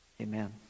Amen